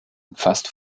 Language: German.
umfasst